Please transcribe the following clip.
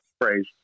phrase